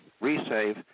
resave